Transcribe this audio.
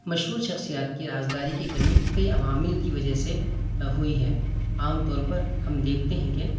مشہور شخصیات کی رازداری کی کمی کئی عوامل کی وجہ سے ہوئی ہے عام طور پر ہم دیکھتے ہیں کہ